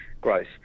growth